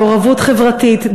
מעורבות חברתית,